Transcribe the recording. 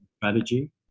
strategy